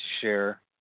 share